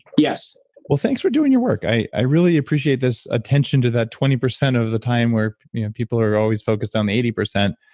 yes well, thanks for doing your work. i i really appreciate this attention to that twenty percent of the time where people are always focused on the eighty percent,